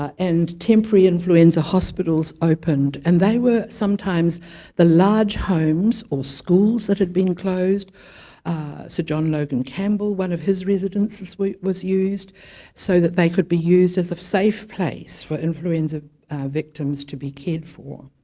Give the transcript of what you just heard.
and temporary influenza hospitals opened and they were sometimes the large homes or schools that had been closed sir john logan campbell, one of his residences was used so that they could be used as a safe place for influenza victims to be cared for